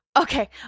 Okay